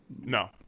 No